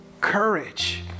courage